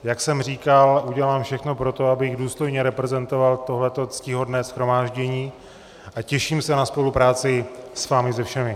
Jak jsem říkal, udělám všechno pro to, abych důstojně reprezentoval toto ctihodné shromáždění, a těším se na spolupráci s vámi se všemi.